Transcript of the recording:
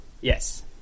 Yes